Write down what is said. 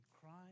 crying